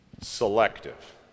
selective